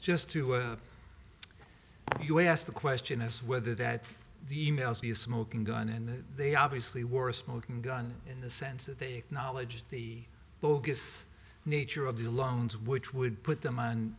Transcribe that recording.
just to you asked the question is whether that the e mails the smoking gun and they obviously were a smoking gun in the sense that they acknowledged the bogus nature of the lungs which would put them on